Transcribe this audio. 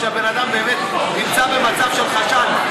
שהבן אדם באמת נמצא במצב של חשד?